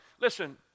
Listen